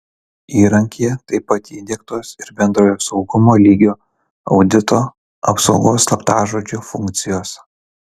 įrankyje taip pat įdiegtos ir bendrojo saugumo lygio audito apsaugos slaptažodžiu funkcijos